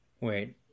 wait